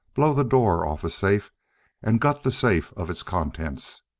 blow the door off a safe and gut the safe of its contents.